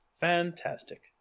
Fantastic